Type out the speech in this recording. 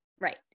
Right